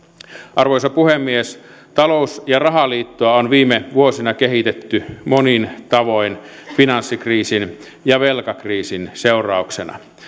arvoisa puhemies talous ja rahaliittoa on viime vuosina kehitetty monin tavoin finanssikriisin ja velkakriisin seurauksena